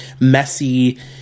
messy